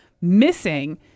missing